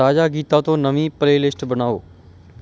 ਤਾਜ਼ਾ ਗੀਤਾਂ ਤੋਂ ਨਵੀਂ ਪਲੇਲਿਸਟ ਬਣਾਓ